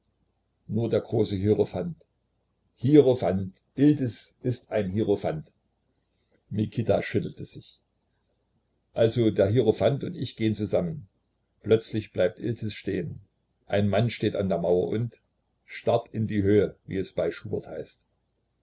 nur der große hierophant hierophant iltis ein hierophant mikita schüttelte sich also der hierophant und ich gehen zusammen plötzlich bleibt iltis stehen ein mann steht an der mauer und starrt in die höhe wie es bei schubert heißt